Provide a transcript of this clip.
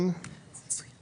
אופיר איטח סנדריי,